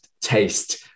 taste